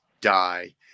die